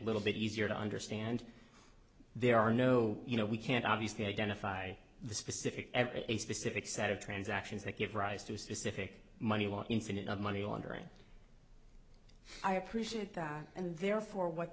little bit easier to understand there are no you know we can't obviously identify the specific a specific set of transactions that give rise to specific money one incident of money laundering i appreciate that and therefore what